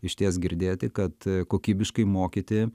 išties girdėti kad kokybiškai mokyti